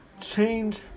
Change